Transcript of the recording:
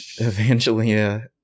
Evangelia